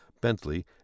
Bentley